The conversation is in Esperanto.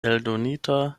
eldonita